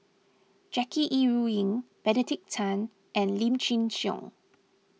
Jackie Yi Ru Ying Benedict Tan and Lim Chin Siong